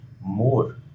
more